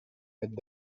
mettre